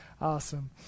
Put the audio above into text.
Awesome